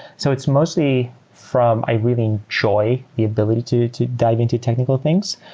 so it's mostly from i really enjoy the ability to dive into technical things,